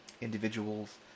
individuals